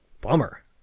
Bummer